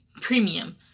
premium